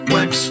Wax